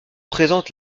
présentent